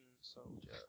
soldier